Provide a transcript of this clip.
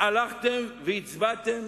הלכתם והצבעתם